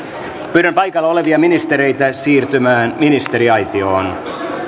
pyydän paikalla olevia ministereitä siirtymään ministeriaitioon